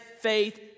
faith